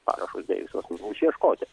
parašus dėjusius išieškoti